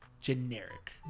generic